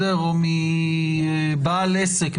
או מבעל עסק,